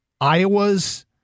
Iowa's